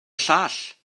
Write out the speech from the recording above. llall